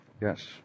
Yes